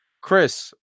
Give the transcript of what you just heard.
Chris